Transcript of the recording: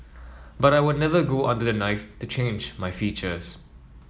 but I would never go under the knife to change my features